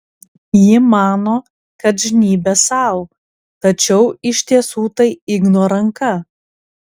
ji mano kad žnybia sau tačiau iš tiesų tai igno ranka